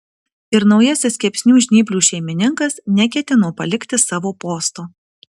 ir naujasis kepsnių žnyplių šeimininkas neketino palikti savo posto